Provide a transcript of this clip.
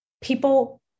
people